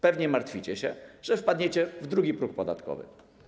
Pewnie martwicie się, że wpadniecie w drugi próg podatkowy?